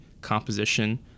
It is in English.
composition